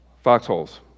foxholes